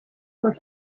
for